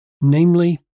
namely